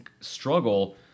struggle